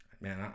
Man